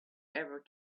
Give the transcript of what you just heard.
ever